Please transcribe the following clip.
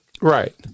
Right